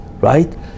right